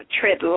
tread